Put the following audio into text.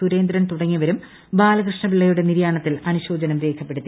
സുരേന്ദ്രൻ തുടങ്ങിയവരും ബാലകൃഷ്ണപിള്ളയുടെ നിര്യാണത്തിൽ അനുശോചനം രേഖപ്പെടുത്തി